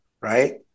right